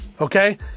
Okay